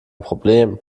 problem